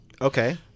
Okay